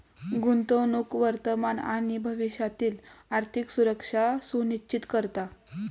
गुंतवणूक वर्तमान आणि भविष्यातील आर्थिक सुरक्षा सुनिश्चित करता